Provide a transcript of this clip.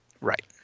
Right